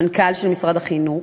המנכ"ל של משרד החינוך,